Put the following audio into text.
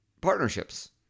partnerships